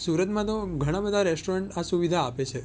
સુરતમાં તો ઘણાં બધા રેસ્ટોરન્ટ આ સુવિધા આપે છે